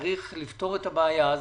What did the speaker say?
צריך לפתור את הבעיה הזאת.